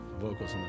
vocals